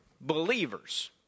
Believers